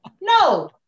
No